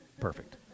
perfect